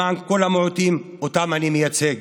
למען כל המיעוטים שאני מייצג.